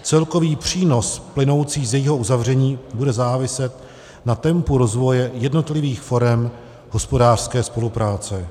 Celkový přínos plynoucí z jejího uzavření bude záviset na tempu rozvoje jednotlivých forem hospodářské spolupráce.